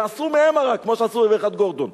יעשו מהם מרק כמו שעשו בבריכת "גורדון".